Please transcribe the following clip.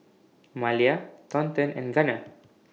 Malia Thornton and Gunner